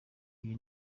ibi